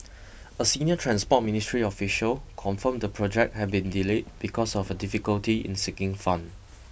a senior Transport Ministry official confirmed the project had been delayed because of a difficulty in seeking fund